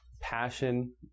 passion